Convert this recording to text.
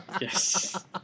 yes